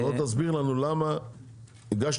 בוא תסביר לנו למה הגשתם,